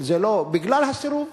זה בגלל הסירוב.